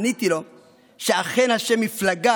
עניתי לו שאכן, השם "מפלגה"